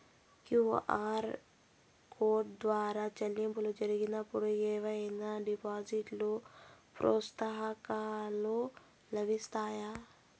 QR code ద్వారా చెల్లింపులు జరిగినప్పుడు ఏవైనా డిస్కౌంట్ లు, ప్రోత్సాహకాలు లభిస్తాయా?